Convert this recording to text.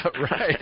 right